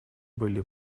были